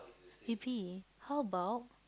baby how about